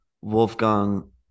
Wolfgang